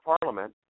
Parliament